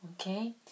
Okay